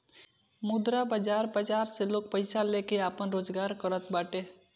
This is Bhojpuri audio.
मुद्रा बाजार बाजार से लोग पईसा लेके आपन रोजगार करत बाटे